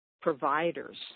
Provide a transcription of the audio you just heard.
providers